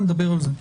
נדבר על זה.